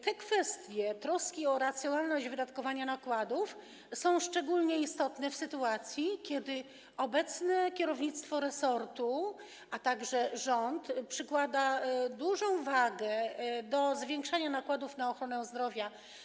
Ta kwestia - troska o racjonalność wydatkowania nakładów - jest szczególnie istotna w sytuacji, gdy obecne kierownictwo resortu, a także rząd przykładają dużą wagę do zwiększania nakładów na ochronę zdrowia.